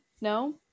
No